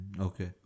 Okay